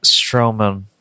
Strowman